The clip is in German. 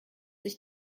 sich